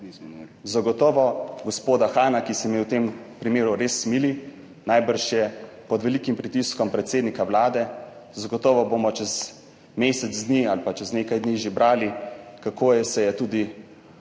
Zagotovo gospoda Hana, ki se mi v tem primeru res smili. Najbrž je pod velikim pritiskom predsednika Vlade. Zagotovo bomo čez mesec dni ali pa čez nekaj dni že brali, kako se je tudi